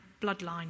bloodline